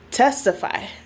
Testify